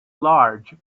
large